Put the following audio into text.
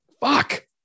fuck